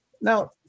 Now